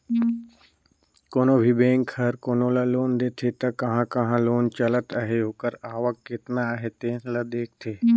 कोनो भी बेंक हर कोनो ल लोन देथे त कहां कहां लोन चलत अहे ओकर आवक केतना अहे तेन ल देखथे